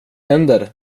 händer